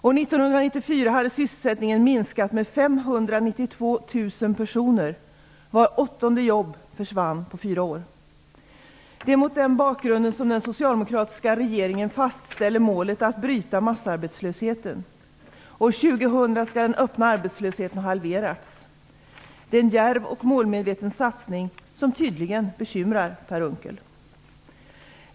År 1994 hade sysselsättningen minskat med 592 000 personer. Vart åttonde jobb försvann på fyra år. Det är mot den bakgrunden som den socialdemokratiska regeringen fastställer målet att bryta massarbetslösheten. År 2000 skall den öppna arbetslösheten ha halverats. Det är en djärv och målmedveten satsning som tydligen bekymrar Per Unckel.